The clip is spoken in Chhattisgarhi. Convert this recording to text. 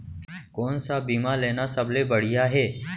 कोन स बीमा लेना सबले बढ़िया हे?